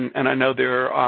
and i know there